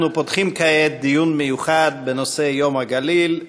אנחנו פותחים כעת דיון מיוחד בנושא: ציון יום הגליל,